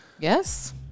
yes